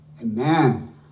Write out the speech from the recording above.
Amen